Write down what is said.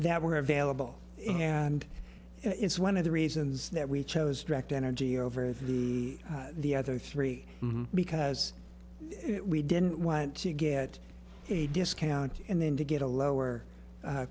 were available and it's one of the reasons that we chose direct energy over the the other three because we didn't want to get a discount and then to get a lower